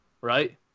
right